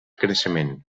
creixement